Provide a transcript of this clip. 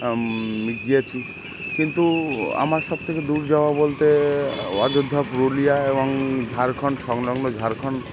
ছি কিন্তু আমার সবথেকে দূর যাওয়া বলতে অযোধ্যা পুরুলিয়া এবং ঝাড়খন্ড সংলগ্ন ঝাড়খন্ড